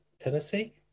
Tennessee